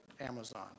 Amazon